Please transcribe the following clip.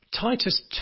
Titus